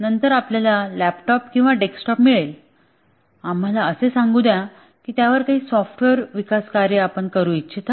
परंतु नंतर आपल्याला लॅपटॉप किंवा डेस्कटॉप मिळेल आम्हाला असे सांगू द्या की आपण त्यावर काही सॉफ्टवेअर विकास कार्य करू इच्छिता